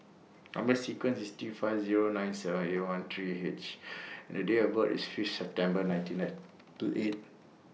Number sequence IS T five Zero nine seven eight one three H and The Date of birth IS Fifth September nineteen ninety eight